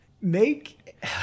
Make